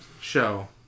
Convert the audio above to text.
show